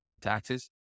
taxes